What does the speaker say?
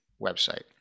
website